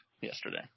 yesterday